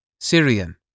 Syrian